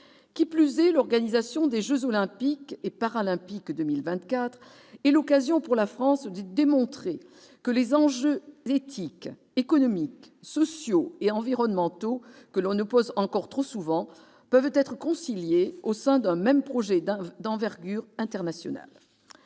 Qui plus est, l'organisation des jeux Olympiques et Paralympiques 2024 est l'occasion pour la France de démontrer que les enjeux éthiques, économiques, sociaux et environnementaux, que l'on oppose encore trop souvent, peuvent être conciliés au sein d'un même projet d'envergure internationale.